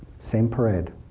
same parade.